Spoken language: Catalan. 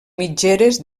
mitgeres